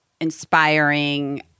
inspiring